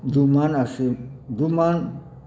दू मन असी दू मन